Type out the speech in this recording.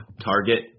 target